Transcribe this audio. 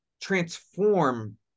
transform